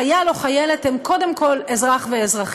משום שחייל או חיילת הם קודם כול אזרח או אזרחית,